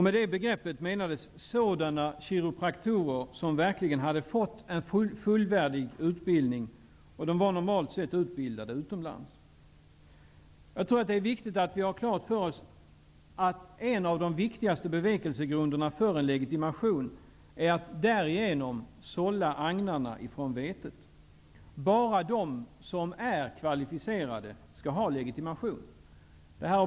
Med det begreppet menades sådana kiropraktorer som verkligen hade fått en fullvärdig utbildning. Det normala var att de utbildats utomlands. Jag tror att det är viktigt att vi har klart för oss att en av de viktigaste bevekelsegrunderna för en legitimation är att man därigenom sållar agnarna från vetet. Bara de som är kvalificerade skall ha legitimation.